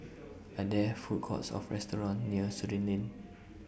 Are There Food Courts of restaurants near Surin Lane